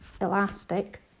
elastic